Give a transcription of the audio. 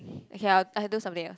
okay lah I I'll do something else